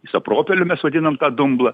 isapropeliu mes vadinam tą dumblą